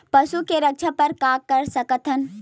पशु के रक्षा बर का कर सकत हन?